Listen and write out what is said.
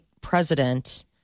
president